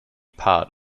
part